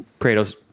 Kratos